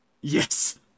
Yes